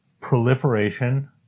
proliferation